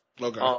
Okay